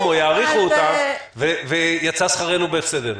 או יאריכו אותן ויצא שכרנו בהפסדנו.